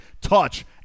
touch